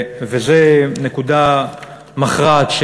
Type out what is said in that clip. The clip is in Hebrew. וזה נקודה מכרעת,